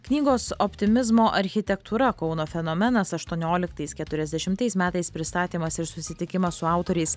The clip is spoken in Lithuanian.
knygos optimizmo architektūra kauno fenomenas aštuonioliktais keturiasdešimtais metais pristatymas ir susitikimas su autoriais